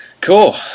Cool